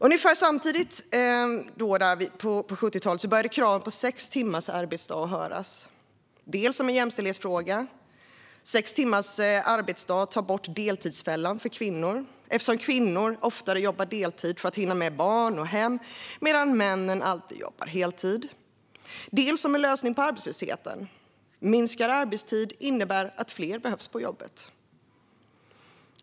Ungefär samtidigt på 70-talet började krav på sex timmars arbetsdag höras. Det var dels en jämställdhetsfråga - sex timmars arbetsdag tar bort deltidsfällan för kvinnor eftersom kvinnor oftare jobbar deltid för att hinna med barn och hem, medan männen alltid jobbar heltid. Dels var det en lösning på problemet med arbetslösheten. Minskad arbetstid innebär att fler behövs på jobbet.